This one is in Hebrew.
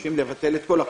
מבקשים לבטל את כל החוק.